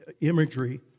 imagery